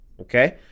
Okay